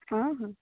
ହଁ ହଁ